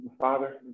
Father